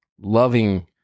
loving